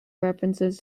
references